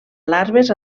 larves